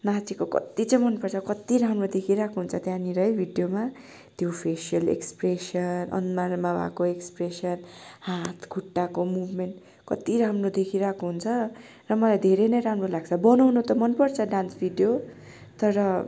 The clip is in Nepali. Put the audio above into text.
नाचेको कति चाहिँ मन पर्छ कति राम्रो देखिरहेको हुन्छ त्यहाँनेर है भिडियोमा त्यो फेसियल एक्सप्रेसन अनुहारमा भएको एक्सप्रेसन हात खुट्टाको मुभमेन्ट कति राम्रो देखिरहेको हुन्छ र मलाई धेरै नै राम्रो लाग्छ बनाउन त मन पर्छ डान्स भिडियो तर